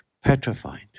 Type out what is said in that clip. petrified